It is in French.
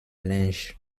linge